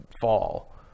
fall